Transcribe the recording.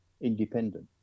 independent